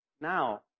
Now